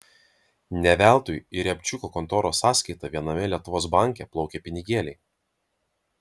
ne veltui į riabčiuko kontoros sąskaitą viename lietuvos banke plaukia pinigėliai